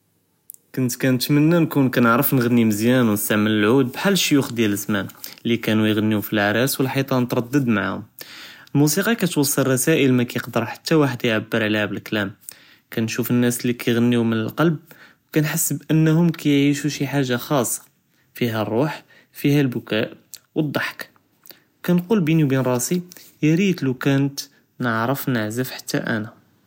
כנת כנְתמנא נכּון כנעְרף נענ׳ני מזיאן ו נסתעמל לעוד בהאל לשיוּך דיאל זמאן לי כאנו יענ׳ניו פי לאעראס ו לחיטאן תר׳ד מעאהום, למוסיקא כתוצ׳ל רסאיל מכִּיקדר חתה ואחד יעבר עליהא בלקלאם כנשוף לנאס לי כּיכּענ׳ניו מן לכּלב כּנחס בענהום כּיכּיעשו שי חאג׳ה ח׳אסה פיהא לרוח פיהא לבכּא ו לְצְּדְחכּ כּנכול ביני ו בין ראסי יא לית לו כאנת נענְרף נענְזף חתה אנה.